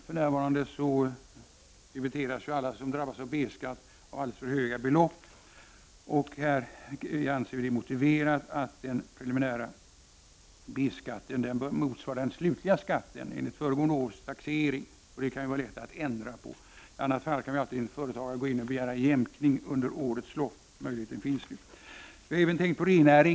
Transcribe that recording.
För närvarande debiteras ju alla som drabbas av B-skatt av alldeles för höga belopp. Därför anser vi det motiverat att den preliminära B-skatten motsvarar den slutliga skatten enligt föregående års taxering. Det kan ju vara lätt att ändra på detta. I annat fall kan en företagare alltid gå in och begära jämkning under årets lopp. Denna möjlighet finns ju. Jag yrkar bifall till reservationen.